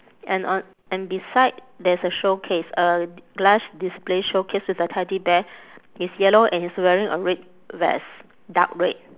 and on and beside there's a showcase a glass display showcase with a teddy bear he's yellow and he's wearing a red vest dark red